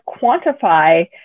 quantify